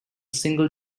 single